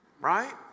right